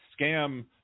scam